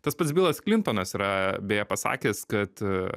tas pats bilas klintonas yra beje pasakęs kad